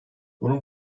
bunun